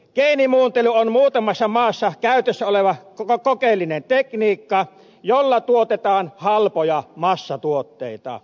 geenimuuntelu on muutamassa maassa käytössä oleva kokeellinen tekniikka jolla tuotetaan halpoja massatuotteita